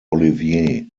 olivier